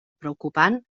preocupant